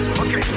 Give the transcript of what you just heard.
okay